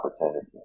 opportunity